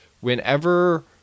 whenever